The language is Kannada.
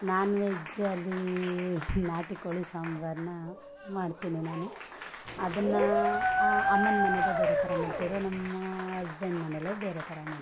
ನಾನ್ ವೆಜ್ಜಲ್ಲಿ ನಾಟಿ ಕೋಳಿ ಸಾಂಬರನ್ನ ಮಾಡ್ತೀನಿ ನಾನು ಅದನ್ನು ಅಮ್ಮನ ಮನೆದೇ ಬೇರೆ ಥರ ಮಾಡ್ತಿದ್ರು ನಮ್ಮ ಹಸ್ಬೆಂಡ್ ಮನೆಯಲ್ಲೇ ಬೇರೆ ಥರ ಮಾಡ್ತಾರೆ